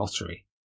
lottery